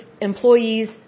employees